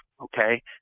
Okay